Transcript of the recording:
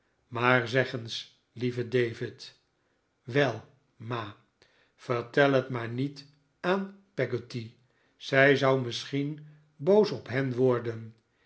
maar zeg eens lieve david wel ma vertel het maar niet aan peggotty zij zou misschien boos op hen worden